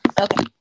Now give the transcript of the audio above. Okay